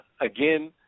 Again